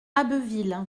abbeville